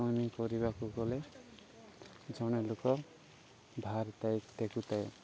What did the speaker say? ପନିପରିବାକୁ ଗଲେ ଜଣେ ଲୋକ ଭାର ତ ତାକୁ ତ